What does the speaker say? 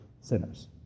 sinners